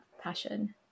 passion